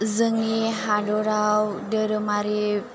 जोंनि हादराव दोरोमारि